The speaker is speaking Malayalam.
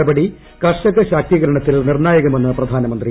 നടപടി കർഷക ശാക്ത്യീക്കർണത്തിൽ നിർണായകമെന്ന് പ്രധാനമന്ത്രി